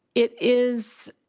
it is.